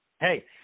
Hey